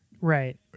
right